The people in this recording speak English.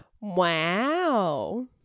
Wow